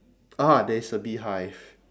ah there is a beehive